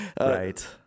right